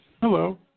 Hello